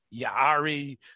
Ya'ari